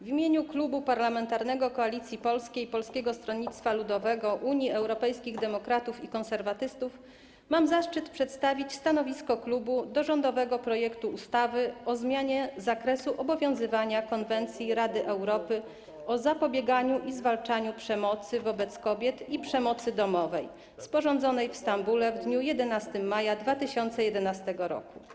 W imieniu Klubu Parlamentarnego Koalicja Polska - Polskie Stronnictwo Ludowe, Unia Europejskich Demokratów i Konserwatyści mam zaszczyt przedstawić stanowisko klubu wobec rządowego projektu ustawy o zmianie zakresu obowiązywania Konwencji Rady Europy o zapobieganiu i zwalczaniu przemocy wobec kobiet i przemocy domowej, sporządzonej w Stambule w dniu 11 maja 2011 r.